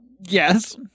yes